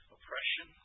Oppression